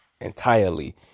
entirely